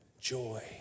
joy